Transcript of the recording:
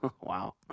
Wow